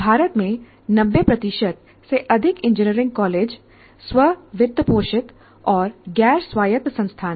भारत में 90 से अधिक इंजीनियरिंग कॉलेज स्व वित्तपोषित और गैर स्वायत्त संस्थान हैं